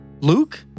Luke